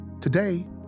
Today